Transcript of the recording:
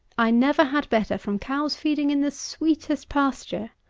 i never had better from cows feeding in the sweetest pasture.